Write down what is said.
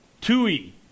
Tui